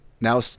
Now